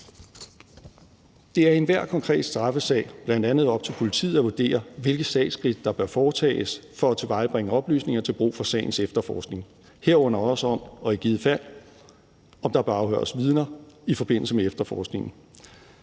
Det er i enhver konkret straffesag bl.a. op til politiet at vurdere, hvilke sagsskridt der bør foretages for at tilvejebringe oplysninger til brug for sagens efterforskning, herunder også, om der i givet fald bør afhøres vidner i forbindelse med efterforskningen.